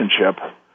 relationship